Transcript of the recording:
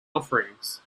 offerings